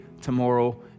tomorrow